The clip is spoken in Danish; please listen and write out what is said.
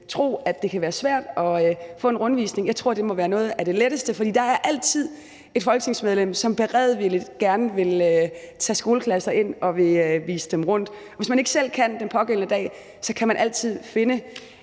tror, at det kan være svært at få en undervisning, men jeg tror, det må være noget af det letteste, for der er altid et folketingsmedlem, som beredvilligt vil tage skoleklasser ind og gerne vise dem rundt. Og hvis man ikke selv kan den pågældende dag, kan man altid finde